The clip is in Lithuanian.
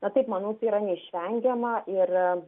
na taip manau tai yra neišvengiama ir